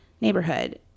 neighborhood